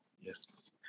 Yes